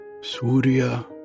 Surya